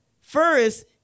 first